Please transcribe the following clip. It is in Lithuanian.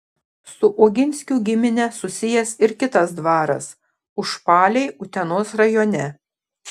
su oginskių gimine susijęs ir kitas dvaras užpaliai utenos rajone